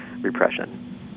repression